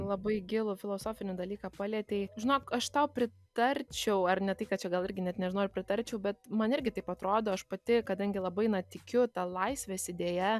labai gilų filosofinį dalyką palietei žinok aš tau pritarčiau ar ne tai kad čia gal irgi net nežinau ar pritarčiau bet man irgi taip atrodo aš pati kadangi labai tikiu ta laisvės idėja